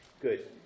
Good